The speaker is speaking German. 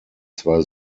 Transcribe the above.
zwei